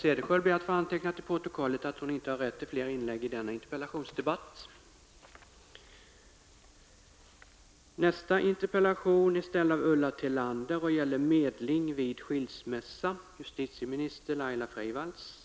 Cederschiöld anhållit att till protokollet få antecknat att hon inte ägde rätt till ytterligare inlägg.